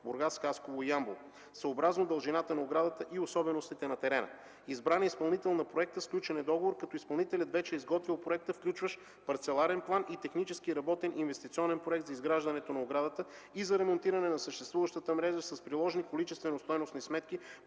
Бургас, Ямбол и Хасково, съобразно дължината на оградата и особеностите на терена. Избран е изпълнител на проекта, сключен е договор, като изпълнителят вече е изготвил проекта, включващ парцеларен план и технически работен инвестиционен проект за изграждането на оградата и за ремонтиране на съществуващата мрежа с приложени количествено-стойностни сметки